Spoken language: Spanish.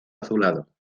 azulado